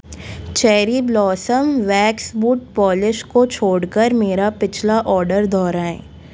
cherry blossom wax boot polish को छोड़ कर मेरा पिछला ऑर्डर दोहराएँ